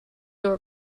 door